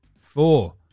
four